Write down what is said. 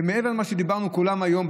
מעבר למה שדיברנו כולם היום,